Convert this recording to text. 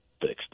fixed